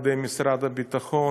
על ידי משרד הביטחון,